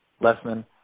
Lesman